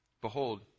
Behold